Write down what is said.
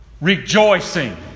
Rejoicing